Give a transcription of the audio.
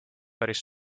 päris